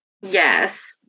yes